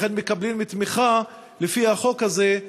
ולכן מקבלים תמיכה לפי החוק הזה,